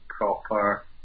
proper